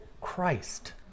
Christ